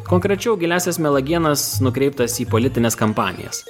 konkrečiau giliąsias melagienas nukreiptas į politines kampanijas